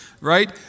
right